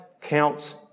counts